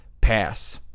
Pass